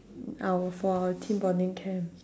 our for our team bonding camp